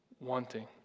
wanting